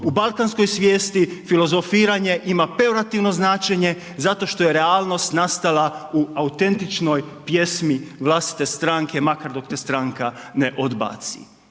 u balkanskoj svijesti filozofiranje ima peorativno značenje zato što je realnost nastala u autentičnoj pjesmi vlastite stranke makar dok te stranka ne odbaci.